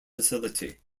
facility